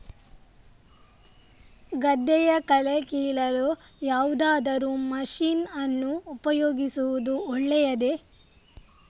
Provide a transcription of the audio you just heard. ಗದ್ದೆಯ ಕಳೆ ಕೀಳಲು ಯಾವುದಾದರೂ ಮಷೀನ್ ಅನ್ನು ಉಪಯೋಗಿಸುವುದು ಒಳ್ಳೆಯದೇ?